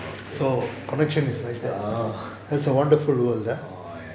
okay oh oh ya ya